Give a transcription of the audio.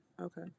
Okay